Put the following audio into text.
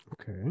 okay